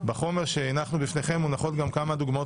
בחומר שהנחנו לפניכם מונחות גם כמה דוגמאות